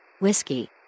Whiskey